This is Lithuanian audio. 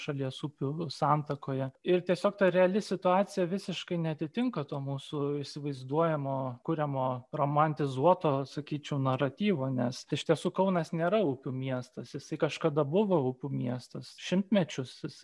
šalies upių santakoje ir tiesiog ta reali situacija visiškai neatitinka to mūsų įsivaizduojamo kuriamo romantizuoto sakyčiau naratyvo nes iš tiesų kaunas nėra upių miestas jisai kažkada buvo upių miestas šimtmečius